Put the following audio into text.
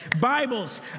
Bibles